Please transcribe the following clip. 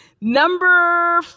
Number